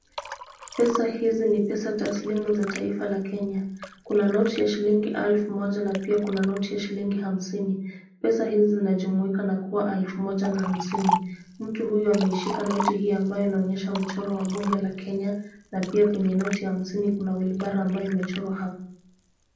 Pesa hizi ni pesa taslimu za taifa la Kenya. Kuna noti ya shilingi alfu moja na pia kuna noti ya shilingi hamsini. Pesa hizi zinajumuika na kuwa alfu moja na hamsini. Mtu huyu ameishika noti hii ambayo inaonyesha mchoro wa bunge la Kenya na pia kwenye noti la hamsini kuna wheelbarrow ambayo imechorwa hapo.